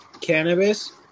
cannabis